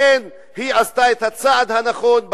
לכן היא עשתה את הצעד הנכון,